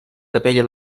capella